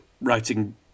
writing